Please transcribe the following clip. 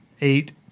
Eight